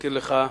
להזכיר לך,